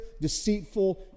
deceitful